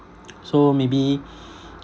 so maybe